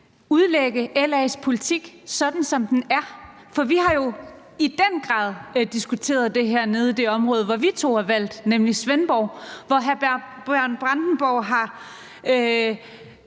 udlægge LA's politik, sådan som den er! For vi har jo i den grad diskuteret det her nede i det område, hvor vi to er valgt, nemlig Svendborg, hvor hr. Bjørn Brandenborg har